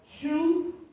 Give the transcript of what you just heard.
true